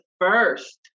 first